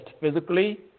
physically